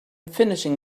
finishing